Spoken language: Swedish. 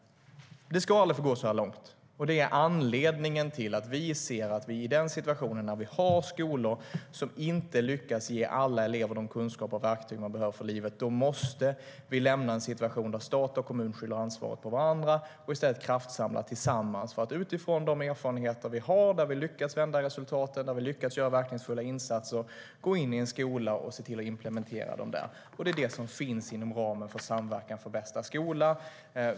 Det ska aldrig få gå så här långt. Det är anledningen till att vi i situationen med skolor som inte lyckas ge alla elever de kunskaper och verktyg som de behöver för livet måste lämna en situation där stat och kommun skyller ansvaret på varandra och i stället kraftsamla tillsammans för att utifrån de erfarenheter som vi har, där vi har lyckats vända resultaten och där vi har lyckats göra verkningsfulla insatser, gå in i en skola och se till att implementera dem där. Det är det som finns inom ramen för Samverkan för bästa skola.